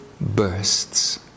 bursts